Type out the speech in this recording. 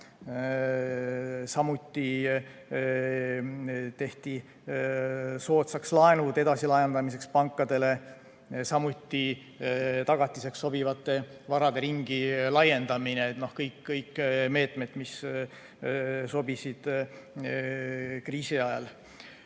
Samuti tehti soodsaks laenud edasilaenamiseks pankadele, samuti tagatiseks sobivate varade ringi laiendamine. Kõik need meetmed sobisid kriisi ajal.